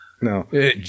No